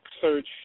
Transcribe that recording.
search